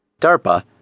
DARPA